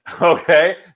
okay